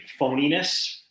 phoniness